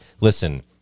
listen